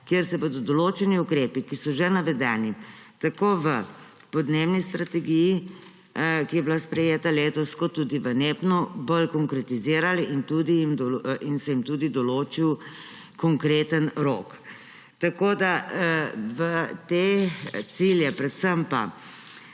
kjer se bodo določeni ukrepi, ki so že navedeni tako v podnebni strategiji, ki je bila sprejeta letos, kot tudi v NEPN, bolj konkretizirali in se jim bo tudi določil konkretni rok. Te cilje, sklepe